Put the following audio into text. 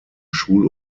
schul